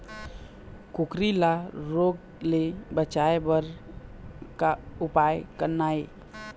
कुकरी ला रोग ले बचाए बर का उपाय करना ये?